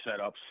setups